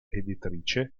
editrice